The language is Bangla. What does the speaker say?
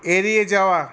এড়িয়ে যাওয়া